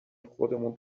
خودمون